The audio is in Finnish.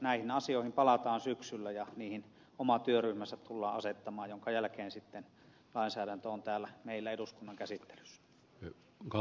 näihin asioihin palataan syksyllä ja niihin oma työryhmänsä tullaan asettamaan minkä jälkeen sitten lainsäädäntö on täällä meillä eduskunnan käsittelyssä